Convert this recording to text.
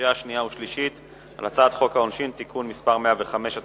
בקריאה שנייה ובקריאה שלישית על הצעת חוק העונשין (תיקון מס' 105),